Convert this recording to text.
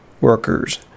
workers